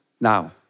now